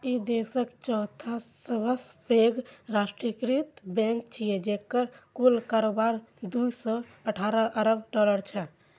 ई देशक चौथा सबसं पैघ राष्ट्रीयकृत बैंक छियै, जेकर कुल कारोबार दू सय अठारह अरब डॉलर छै